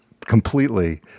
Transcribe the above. completely